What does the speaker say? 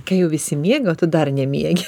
kai jau visi miega o tu dar nemiegi